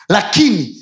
Lakini